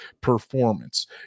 performance